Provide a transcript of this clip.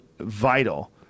vital